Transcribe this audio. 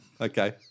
okay